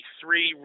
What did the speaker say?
three